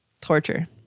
torture